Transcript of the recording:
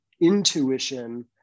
intuition